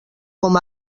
com